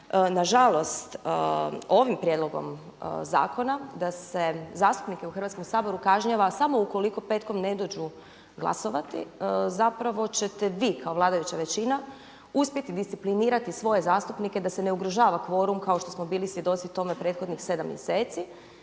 nažalost ovim prijedlogom zakona da se zastupnike u Hrvatskom saboru kažnjava samo ukoliko petkom ne dođu glasovati zapravo ćete vi kao vladajuća većina uspjeti disciplinirati svoje zastupnike da se ne ugrožava kvorum kao što smo bili svjedoci tome prethodnih sedam mjeseci